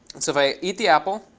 so if i eat the apple,